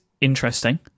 interesting